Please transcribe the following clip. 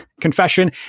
confession